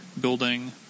building